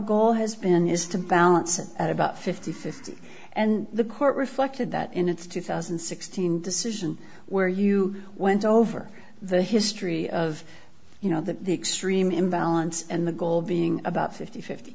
goal has been is to balance it at about fifty fifty and the court reflected that in its two thousand and sixteen decision where you went over the history of you know that the extreme imbalance and the goal being about fifty fi